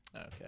Okay